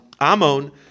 Amon